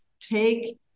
take